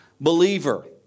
believer